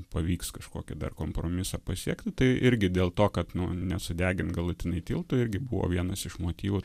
pavyks kažkokį dar kompromisą pasiekti tai irgi dėl to kad nu nesudegint galutinai tiltų irgi buvo vienas iš motyvų